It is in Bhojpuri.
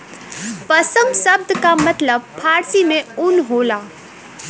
पसम सब्द का मतलब फारसी में ऊन होला